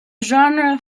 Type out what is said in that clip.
genre